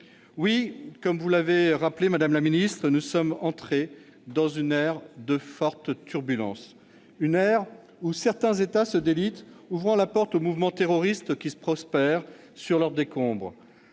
Oui, comme vous l'avez rappelé, madame la ministre, nous sommes entrés dans une ère de fortes turbulences. Une ère où certains États se délitent, ouvrant la porte aux mouvements terroristes qui prospèrent sur leurs décombres.